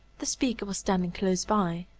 the speaker was standing close by.